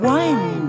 one